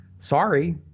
sorry